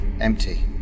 Empty